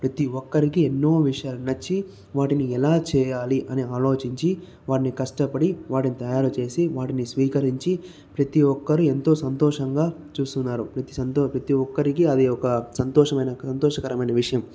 ప్రతీ ఒక్కరికి ఎన్నో విషయాలు నచ్చి వాటిని ఎలా చేయాలి అని ఆలోచించి వారిని కష్టపడి వాటిని తయారుచేసి వాటిని స్వీకరించి ప్రతి ఒక్కరు ఎంతో సంతోషంగా చూస్తున్నారు ప్రతీ ఒక్కరికి అది ఒక సంతోష సంతోషకరమైన విషయం